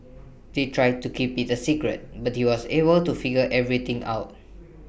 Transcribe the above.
they tried to keep IT A secret but he was able to figure everything out